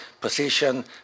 position